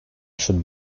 should